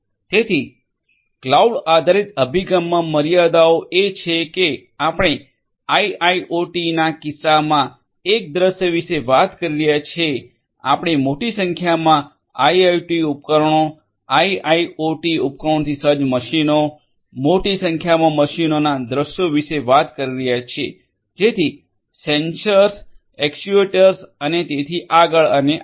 તેથી ક્લાઉડ આધારિત અભિગમમાં મર્યાદાઓ એ છે કે આપણે આઇઓઓટીના કિસ્સામાં એક દૃશ્ય વિશે વાત કરી રહ્યા છીએ આપણે મોટી સંખ્યામાં આઇઓઓટી ઉપકરણો આઇઓઓટી ઉપકરણોથી સજ્જ મશીનો મોટી સંખ્યામાં મશીનોના દૃશ્યો વિશે વાત કરી રહ્યા છીએ જેથી સેન્સર એક્ટ્યુએટર્સ અને તેથી આગળ અને આગળ